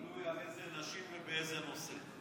תלוי על איזה נשים ובאיזה נושא.